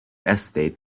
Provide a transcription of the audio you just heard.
estate